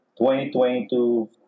2022